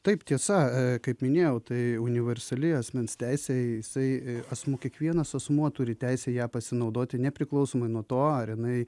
taip tiesa kaip minėjau tai universali asmens teisė jisai asmuo kiekvienas asmuo turi teisę ja pasinaudoti nepriklausomai nuo to ar jinai